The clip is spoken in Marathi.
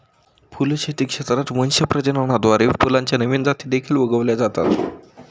फुलशेती क्षेत्रात वंश प्रजननाद्वारे फुलांच्या नवीन जाती देखील उगवल्या जातात